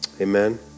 Amen